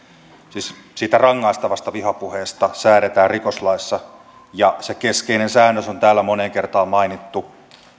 siis siitä rangaistavasta vihapuheesta säädetään rikoslaissa ja se keskeinen säännös on täällä moneen kertaan mainittu